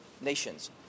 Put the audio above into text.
nations